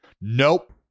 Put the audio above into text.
Nope